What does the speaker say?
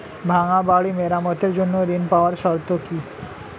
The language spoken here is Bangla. ভাঙ্গা বাড়ি মেরামতের জন্য ঋণ পাওয়ার শর্ত কি?